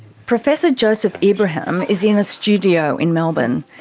professor joseph ibrahim is in a studio in melbourne.